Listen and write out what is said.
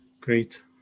Great